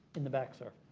in the back, sir.